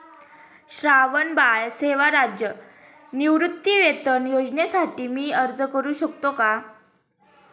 श्रावणबाळ सेवा राज्य निवृत्तीवेतन योजनेसाठी मी अर्ज करू शकतो का?